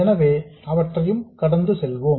எனவே அவற்றை கடந்து செல்வோம்